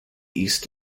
east